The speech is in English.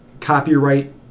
copyright